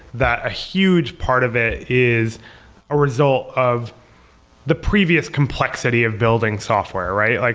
that a huge part of it is a result of the previous complexity of building software, right? like